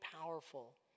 powerful